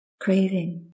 craving